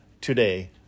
today